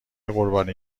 قربانی